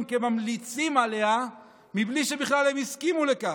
כממליצים עליה בלי שבכלל הם הסכימו לכך.